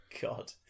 God